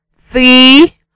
three